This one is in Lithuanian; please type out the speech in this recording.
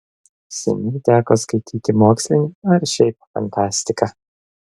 seniai teko skaityti mokslinę ar šiaip fantastiką